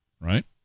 right